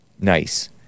Nice